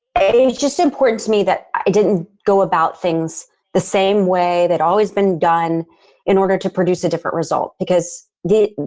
just important to me that i didn't go about things the same way that always been done in order to produce a different result. because the,